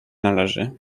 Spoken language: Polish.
należy